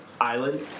island